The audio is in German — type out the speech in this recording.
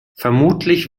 vermutlich